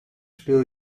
speel